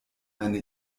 eine